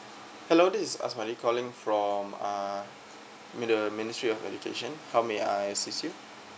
hello this is asmali calling from uh mi~ the the ministry of education how may I assist you